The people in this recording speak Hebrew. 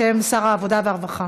בשם שר העבודה והרווחה.